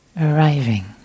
Arriving